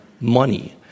money